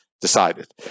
decided